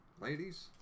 Ladies